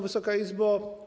Wysoka Izbo!